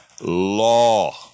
law